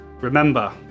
remember